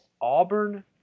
Auburn